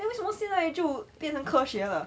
then 为什么现在就变成科学了